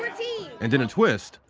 fourteen! and, in a twist,